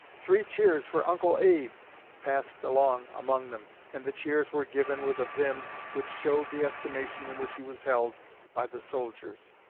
three cheers for uncle abe passed along among them, and the cheers were given with a vim which showed the estimation in which he was held by the soldiers.